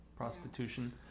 prostitution